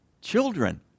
children